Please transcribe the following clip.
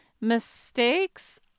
mistakes